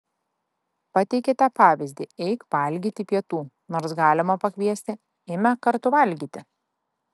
pateikiate pavyzdį eik valgyti pietų nors galima pakviesti eime kartu valgyti